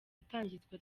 itangizwa